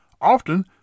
Often